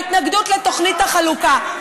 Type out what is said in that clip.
בהתנגדות לתוכנית החלוקה.